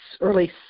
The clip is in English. early